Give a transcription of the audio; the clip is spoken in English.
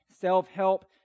self-help